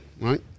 right